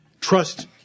Trust